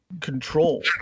Control